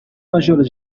major